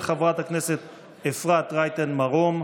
של חברת הכנסת אפרת רייטן מרום.